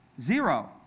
Zero